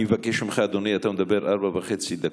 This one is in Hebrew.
אני מבקש ממך, אדוני, אתה מדבר ארבע וחצי דקות.